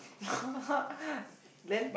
then